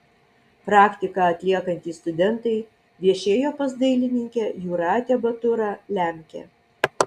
praktiką atliekantys studentai viešėjo pas dailininkę jūratę baturą lemkę